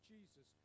Jesus